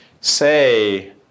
say